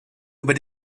über